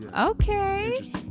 Okay